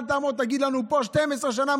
אל תעמוד ותגיד לנו: 12 שנה,